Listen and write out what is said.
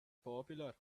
popular